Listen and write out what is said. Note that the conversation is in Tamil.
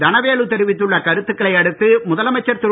தனவேலு தெரிவித்துள்ள கருத்துகளை அடுத்து முதலமைச்சர் திரு